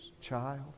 child